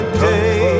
day